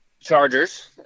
Chargers